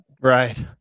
Right